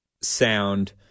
sound